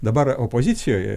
dabar opozicijoj